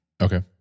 Okay